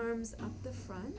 arms up the front